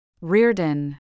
Reardon